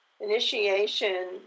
Initiation